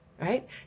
right